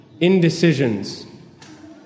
indecisions